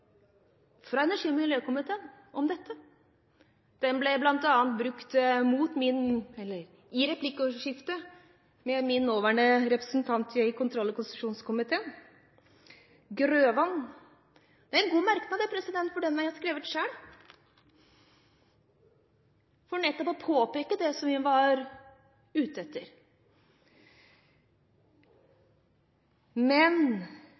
fra energi- og miljøkomiteen om dette. Den ble bl.a. brukt i replikkordskiftet med min medrepresentant som er i kontroll- og konstitusjonskomiteen, Grøvan. Det er en god merknad, for den har jeg skrevet selv for nettopp å påpeke det som vi var ute